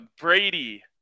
Brady